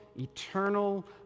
eternal